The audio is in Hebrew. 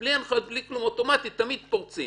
שבלי הנחיות ובלי כלום אוטומטית תמיד פורצים